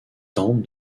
tentent